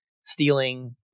stealing